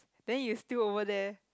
then you still over there